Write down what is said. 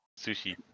Sushi